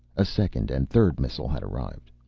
a second and third missile had arrived.